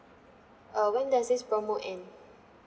uh when does this promo end